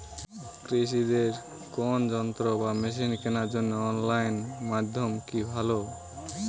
কৃষিদের কোন যন্ত্র বা মেশিন কেনার জন্য অনলাইন মাধ্যম কি ভালো?